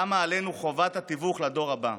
קמה עלינו חובת התיווך לדור הבא.